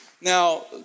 Now